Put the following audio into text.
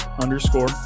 underscore